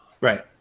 Right